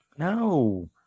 No